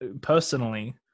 personally